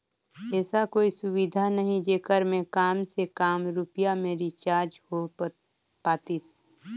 ऐसा कोई सुविधा नहीं जेकर मे काम से काम रुपिया मे रिचार्ज हो पातीस?